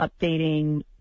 updating